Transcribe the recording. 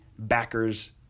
backers